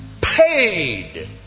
paid